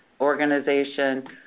organization